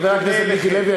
חבר הכנסת מיקי לוי,